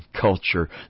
culture